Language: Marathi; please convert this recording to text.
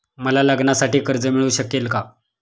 मला लग्नासाठी कर्ज मिळू शकेल का?